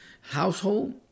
household